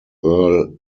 earle